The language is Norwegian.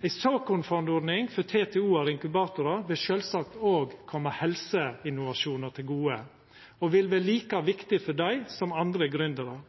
Ei såkornfondordning for TTO/inkubatorar vil sjølvsagt òg koma helseinnovasjonar til gode og vil vera like viktig for dei som for andre